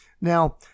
Now